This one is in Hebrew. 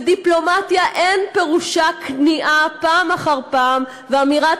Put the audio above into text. ודיפלומטיה אין פירושה כניעה פעם אחר פעם ואמירת